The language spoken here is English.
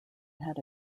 had